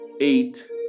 eight